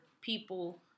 people